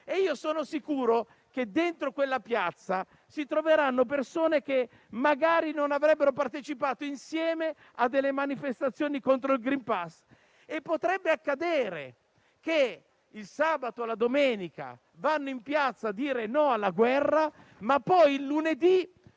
Sono sicuro che in quelle piazze si troveranno persone che magari non avrebbero partecipato insieme a manifestazioni contro il *green pass*. E potrebbe accadere che il sabato e la domenica vadano insieme in piazza a dire no alla guerra, e poi, il lunedì,